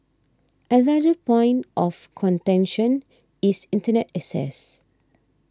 another point of contention is internet access